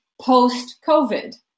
post-COVID